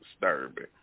disturbing